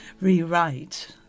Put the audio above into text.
rewrite